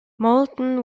moulton